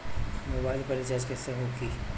Mobile पर recharge कैसे होखी?